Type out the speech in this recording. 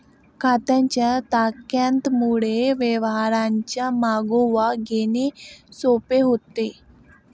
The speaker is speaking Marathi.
खात्यांच्या तक्त्यांमुळे व्यवहारांचा मागोवा घेणे सोपे होते